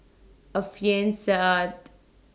Alfian Sa'at